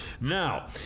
Now